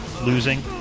losing